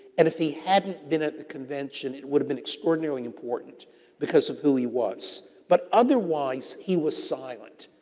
and if he hadn't been at the convention it would've been extraordinarily important because of who he was. but, otherwise, he was silent.